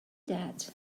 that